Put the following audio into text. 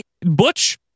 Butch